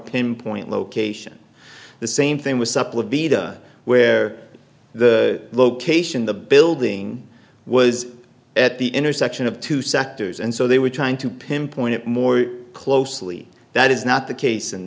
pinpoint location the same thing was supple bieda where the location the building was at the intersection of two sectors and so they were trying to pinpoint it more closely that is not the case in